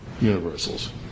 universals